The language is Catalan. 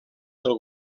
del